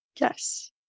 Yes